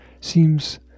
seems